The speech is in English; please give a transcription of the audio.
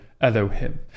Elohim